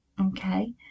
okay